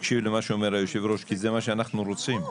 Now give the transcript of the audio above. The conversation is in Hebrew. תקשיב למה שאומר היושב-ראש כי זה מה שאנחנו רוצים.